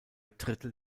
drittel